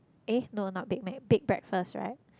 eh no not Big Mac big breakfast right